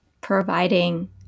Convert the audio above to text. providing